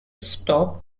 stop